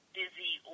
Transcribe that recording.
busy